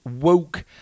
woke